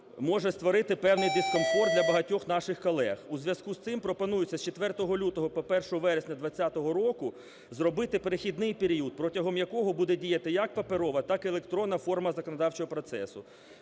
може створити певний дискомфорт для багатьох наших колег. У зв'язку з цим пропонується з 4 лютого по 1 вересня 20-го року зробити перехідний період, протягом якого буде діяти як паперова, так і електронна форма законодавчого процесу.